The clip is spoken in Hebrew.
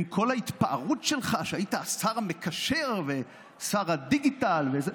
עם כל ההתפארות שלך שהיית השר המקשר ושר הדיגיטל וזה,